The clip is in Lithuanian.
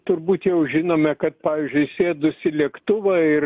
turbūt jau žinome kad pavyzdžiui sėdus į lėktuvą ir